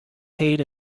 aid